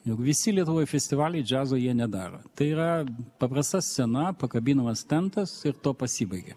juk visi lietuvoj festivaliai džiazo jie nedaro tai yra paprasta scena pakabinamas tentas ir tuo pasibaigia